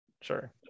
Sure